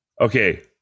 Okay